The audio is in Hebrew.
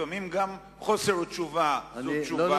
לפעמים גם חוסר תשובה הוא תשובה.